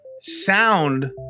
sound